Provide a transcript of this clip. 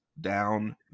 down